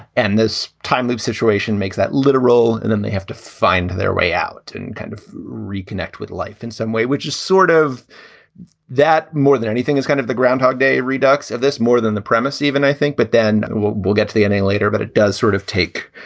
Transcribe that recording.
and this time loop situation makes that literal. and then they have to find their way out and kind of reconnect with life in some way, which is sort of that more than anything, is kind of the groundhog day redux of this more than the premise. even i think. but then we'll we'll get to the ending later. but it does sort of take,